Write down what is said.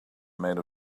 made